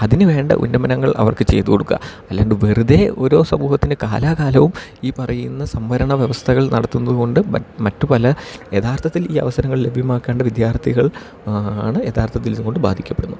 അതിന് വേണ്ട ഉന്നമനങ്ങൾ അവർക്ക് ചെയ്ത് കൊടുക്കുക അല്ലാണ്ട് വെറുതെ ഓരോ സമൂഹത്തിന് കാലകാലവും ഈ പറയുന്ന സംവരണ വ്യവസ്ഥകൾ നടത്തുന്നത് കൊണ്ട് മറ്റ് മറ്റു പല യഥാർത്ഥത്തിൽ ഈ അവസരങ്ങൾ ലഭ്യമാക്കേണ്ട വിദ്യാർത്ഥികൾ ആണ് യഥാർത്ഥത്തിൽ ഇത് കൊണ്ട് ബാധിക്കപ്പെടുന്നത്